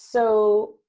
so,